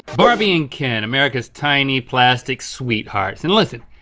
barbie and ken, america's tiny plastic sweethearts. and listen,